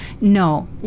No